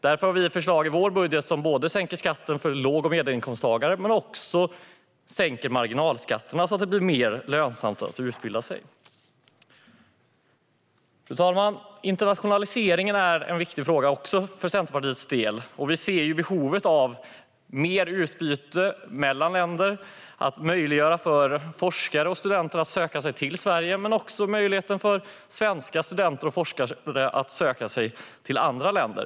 Därför har vi i vårt budgetalternativ ett förslag som inte bara sänker skatten för låg och medelinkomsttagare utan också sänker marginalskatterna, så att det blir mer lönsamt att utbilda sig. Fru talman! Internationaliseringen är också en viktig fråga för Centerpartiets del. Vi ser behovet av mer utbyte mellan länder, av att möjliggöra för forskare och studenter att söka sig till Sverige och av att möjliggöra för svenska studenter och forskare att söka sig till andra länder.